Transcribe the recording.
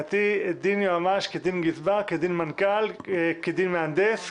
מבחינתי דין יועמ"ש כדין גזבר כדין מנכ"ל כדין מהנדס,